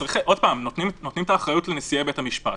נותנים את האחריות לנשיאי בתי המשפט.